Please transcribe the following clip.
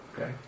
Okay